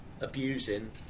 abusing